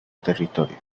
territorio